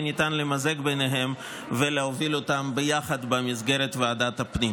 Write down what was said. יהיה ניתן למזג אותן ולהוביל אותן ביחד במסגרת ועדת הפנים.